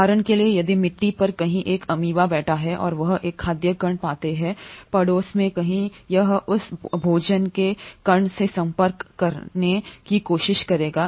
उदाहरण के लिए यदि मिट्टी पर कहीं एक अमीबा बैठा है और वह एक खाद्य कण पाता है पड़ोस में कहीं यह उस भोजन के कण से संपर्क करने की कोशिश करेगा